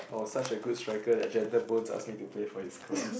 I was such a good striker that Gentle-Bones asked me to play for his class